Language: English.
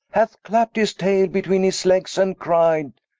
hath clapt his taile, betweene his legges and cride,